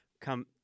come